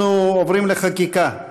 אנחנו עוברים לחקיקה.